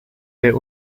der